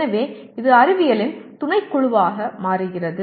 எனவே இது அறிவியலின் துணைக்குழுவாக மாறுகிறது